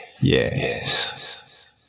Yes